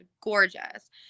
gorgeous